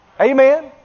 Amen